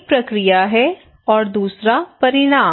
एक प्रक्रिया है और दूसरा परिणाम